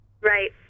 Right